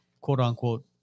quote-unquote